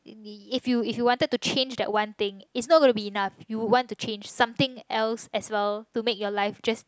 if you if you wanted to change that one thing is not gone to be enough you want to change something else as well to make your life just